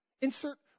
Insert